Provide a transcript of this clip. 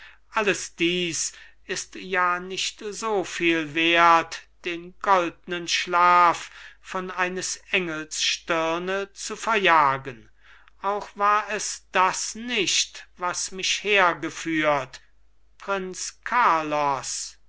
alles dies ist ja nicht so viel wert den goldnen schlaf von eines engels stirne zu verjagen auch war es das nicht was mich hergeführt prinz carlos